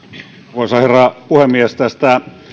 arvoisa herra puhemies tästä